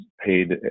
paid